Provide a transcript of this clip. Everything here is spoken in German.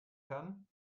kann